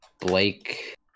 Blake